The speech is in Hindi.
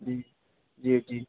जी जी जी